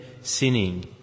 sinning